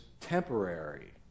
temporary